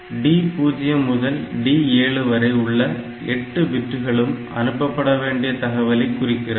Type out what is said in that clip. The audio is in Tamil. D0 முதல் D7 வரை உள்ள 8 பிட்களும் அனுப்பப்பட வேண்டிய தகவலை குறிக்கிறது